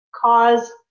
cause